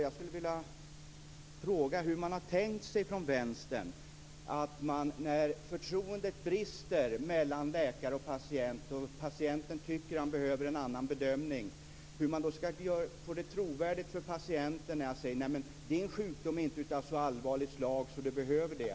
Jag skulle vilja fråga hur man från Vänstern har tänkt sig detta när förtroendet brister mellan läkare och patient. Om patienten tycker att han behöver en annan bedömning, hur skall det göras trovärdigt för patienten när läkaren säger att hans sjukdom inte är av så allvarligt slag att han behöver det?